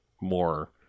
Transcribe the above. more